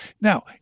Now